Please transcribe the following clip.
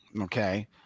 Okay